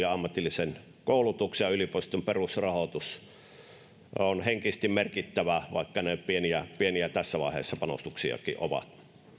ja ammatillisen koulutuksen ja yliopiston perusrahoitus ovat henkisesti merkittäviä asioita vaikka ne pieniä panostuksia tässä vaiheessa ovat